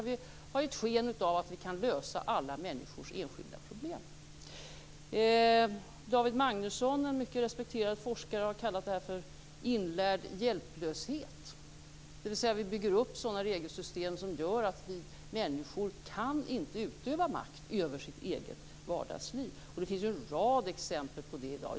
Vi har gett sken av att vi kan lösa alla människors enskilda problem. David Magnusson, en mycket respekterad forskare, talar om inlärd hjälplöshet. Vi bygger alltså upp regelsystem som gör att människor inte kan utöva makt över sitt eget vardagsliv. Det finns en rad exempel på det i dag.